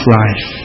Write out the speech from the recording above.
life